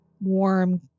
warm